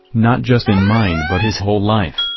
not just in mind but his whole life,